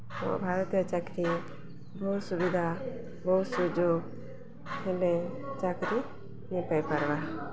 ଓ ଭାରତୀୟ ଚାକିରି ବହୁତ୍ ସୁବିଧା ବହୁତ୍ ସୁଯୋଗ ହେଲେ ଚାକିରି ନାଇପାଇପାର୍ବା